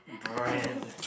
brand